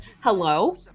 Hello